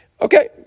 Okay